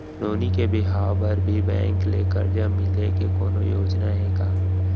नोनी के बिहाव बर भी बैंक ले करजा मिले के कोनो योजना हे का?